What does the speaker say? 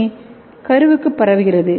ஏ கருவுக்கு பரவுகிறது